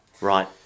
Right